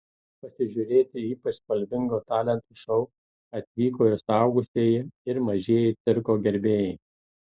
pasižiūrėti ypač spalvingo talentų šou atvyko ir suaugusieji ir mažieji cirko gerbėjai